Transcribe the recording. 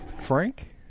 Frank